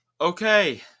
Okay